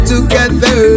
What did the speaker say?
Together